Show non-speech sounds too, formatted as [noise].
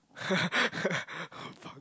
[laughs] oh fuck